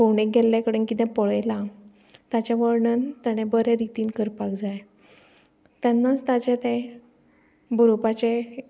जें ताणें भोंवणेक गेल्ले कडेन पळयलां ताचें वर्णन ताणें बरे रितीन करपाक जाय तेन्नाच ताजें तें बरोवपाचें